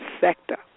sector